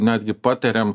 netgi patariam